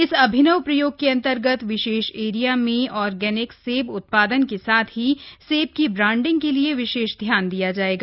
इस अभिनव प्रयोग के अंतर्गत विशेष एरिया में ऑर्गेनिक सेब उत्पादन के साथ ही सेब की ब्रांडिंग के लिये विशेष ध्यान दिया जाएगा